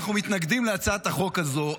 אנחנו מתנגדים להצעת החוק הזו.